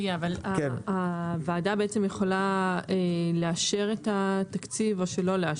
אבל הוועדה יכולה לאשר את התקציב, או שלא לאשר.